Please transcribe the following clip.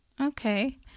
okay